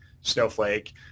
Snowflake